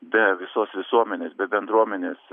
be visos visuomenės be bendruomenės